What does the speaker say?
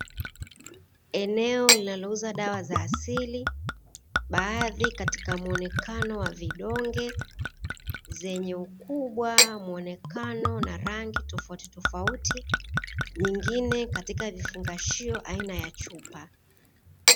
Eneo linalouza dawa za asili, baadhi katika muonekano wa vidonge zenye ukubwa muonekano na rangi tofautitofauti, nyingine katika vifungashio aina ya chupa.